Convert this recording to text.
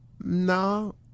no